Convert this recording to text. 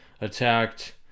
attacked